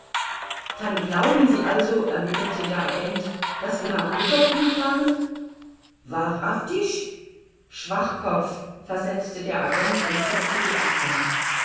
dann glauben sie also erwiderte der agent daß wir nach liverpool fahren wahrhaftig schwachkopf versetzte der agent und zuckte die achseln